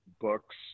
books